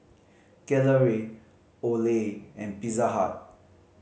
Gelare Olay and Pizza Hut